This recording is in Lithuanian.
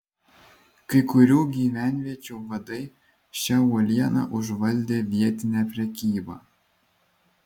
kai kurių gyvenviečių vadai šia uoliena užvaldė vietinę prekybą